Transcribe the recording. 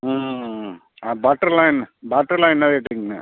ம் ஆ பட்டரெலாம் என்ன பட்டரெலாம் என்ன ரேட்டுங்கண்ண